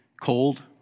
cold